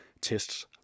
Tests